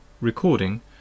Recording